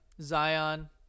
Zion